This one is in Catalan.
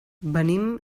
venim